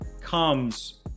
comes